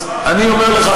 אני אומר לך,